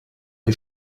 die